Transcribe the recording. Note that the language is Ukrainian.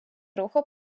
руху